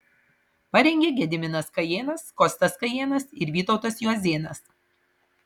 parengė gediminas kajėnas kostas kajėnas ir vytautas juozėnas